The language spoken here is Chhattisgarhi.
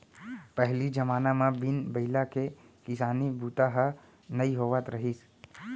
पहिली जमाना म बिन बइला के किसानी बूता ह नइ होवत रहिस